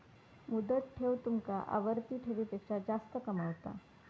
मुदत ठेव तुमका आवर्ती ठेवीपेक्षा जास्त कमावता